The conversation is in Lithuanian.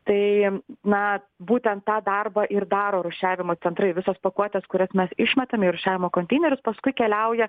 tai na būtent tą darbą ir daro rūšiavimo centrai visos pakuotės kurias mes išmetam į rūšiavimo konteinerius paskui keliauja